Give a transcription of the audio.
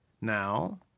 Now